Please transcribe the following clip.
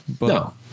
No